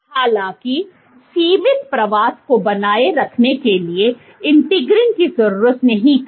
हालांकि सीमित प्रवास को बनाए रखने के लिए इंटीग्रीन की जरूरत नहीं थी